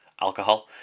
alcohol